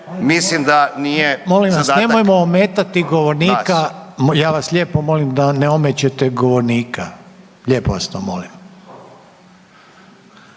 **Reiner, Željko (HDZ)** Molim vas nemojmo umetati govornika, ja vas lijepo molim da ne omećete govornika, lijepo vas to molim.